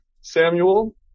Samuel